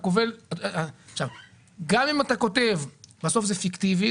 גם אם אתה כותב, בסוף זה פיקטיבי.